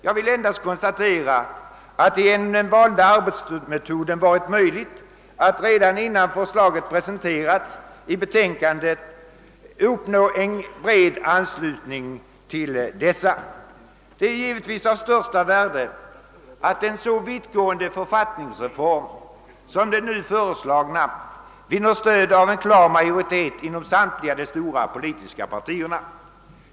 Jag vill endast konstatera att det genom den valda arbetsmetoden varit möjligt att redan innan förslagen presenterats i betänkandet uppnå en bred anslutning till dessa. Det är givetvis av största värde att en så vittgående författningsreform som den nu föreslagna vinner stöd hos en klar majoritet inom samtliga stora politiska partier.